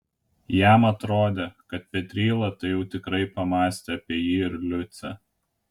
jam atrodė kad petryla tai jau tikrai pamąstė apie jį ir liucę